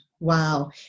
Wow